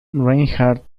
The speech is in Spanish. reinhardt